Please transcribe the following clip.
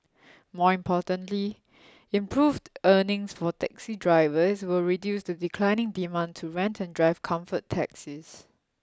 more importantly improved earnings for taxi drivers will reduce the declining demand to rent and drive comfort taxis